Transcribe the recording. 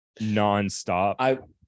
Non-stop